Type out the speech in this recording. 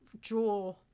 draw